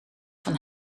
van